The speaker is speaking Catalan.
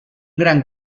gran